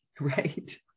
Right